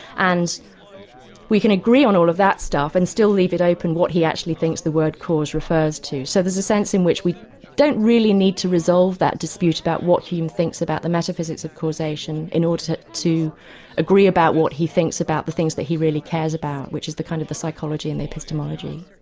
and we can agree on all of that stuff and still leave it open what he actually thinks the word cause refers to. so there's a sense in which we don't really need to resolve that dispute about what hume thinks about the metaphysics of causation in order to agree about what he thinks about the things that he really cares about, which is the kind of the psychology and the epistemology.